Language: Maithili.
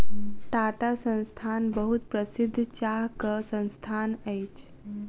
टाटा संस्थान बहुत प्रसिद्ध चाहक संस्थान अछि